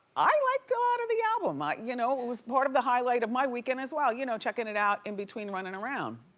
i liked a lot of the album. you know it was part of the highlight of my weekend as well, you know checking it out in between running around.